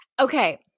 okay